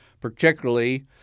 particularly